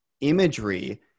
imagery